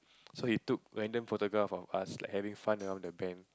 so he took random photograph of us like having fun around the band